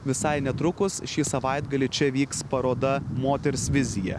visai netrukus šį savaitgalį čia vyks paroda moters vizija